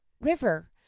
river